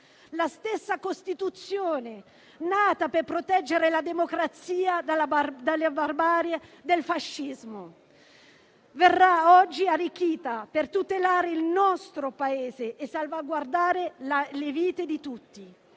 La stessa Costituzione nata per proteggere la democrazia dalle barbarie del fascismo verrà oggi arricchita per tutelare il nostro Paese e salvaguardare le vite di tutti.